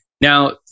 Now